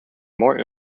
more